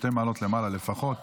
שתי מעלות למעלה לפחות.